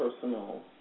personal